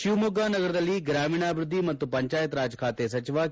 ಶಿವಮೊಗ್ಗ ನಗರದಲ್ಲಿ ಗ್ರಾಮೀಣಾಭಿವೃದ್ಧಿ ಮತ್ತು ಪಂಚಾಯತ್ ರಾಜ್ ಖಾತೆ ಸಚಿವ ಕೆ